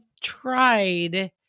tried